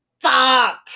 fuck